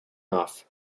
off